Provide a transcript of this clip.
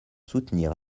soutenir